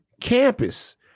campus